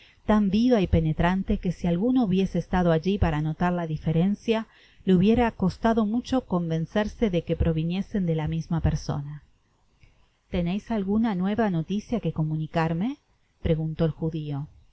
tan viva y penetrante que si alguno hubiese estado alli para notar la diferencia le hubiera costado mucho convencerse tle que proviniesen de la misma persona teneis alguna nueva noticia que comunicarme preguntó el judio